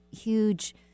huge